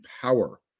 power